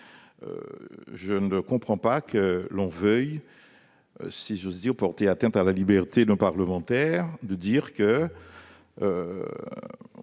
Je ne comprends pas que l'on veuille, si j'ose dire, porter atteinte à la liberté d'un parlementaire de dire ce